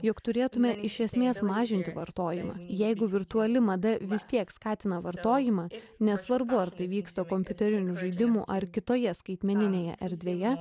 jog turėtume iš esmės mažinti vartojimą jeigu virtuali mada vis tiek skatina vartojimą nesvarbu ar tai vyksta kompiuterinių žaidimų ar kitoje skaitmeninėje erdvėje